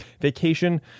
vacation